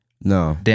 No